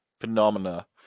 phenomena